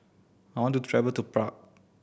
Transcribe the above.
I want to travel to Prague